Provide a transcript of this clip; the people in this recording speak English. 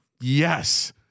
yes